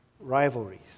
rivalries